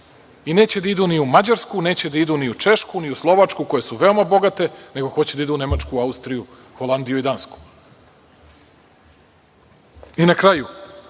i neće da idu ni u Mađarsku, ni u Češku, ni u Slovačku, koje su veoma bogate, nego hoće da idu u Nemačku, Austriju, Holandiju i Dansku. Na kraju,